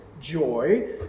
joy